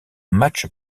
match